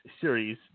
series